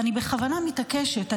ואני בכוונה מתעקשת,